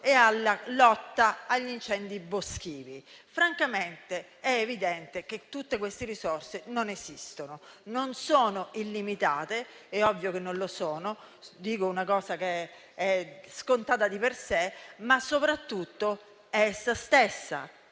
e di lotta agli incendi boschivi. Francamente, è evidente che tutte queste risorse non esistono, non sono illimitate - è ovvio che non lo sono, dico una cosa scontata di per sé - ma soprattutto questa scelta